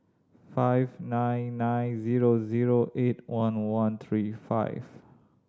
five nine nine zero zero eight one one three five